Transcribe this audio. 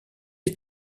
est